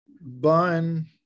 bun